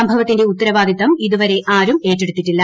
സംഭവത്തിന്റെ ഉത്തരവാദിത്തം ഇത്തൂവരെ ആരും ഏറ്റെടുത്തിട്ടില്ല